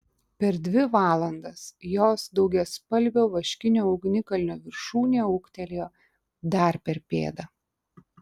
per dvi valandas jos daugiaspalvio vaškinio ugnikalnio viršūnė ūgtelėjo dar per pėdą